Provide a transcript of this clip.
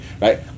right